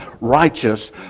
righteous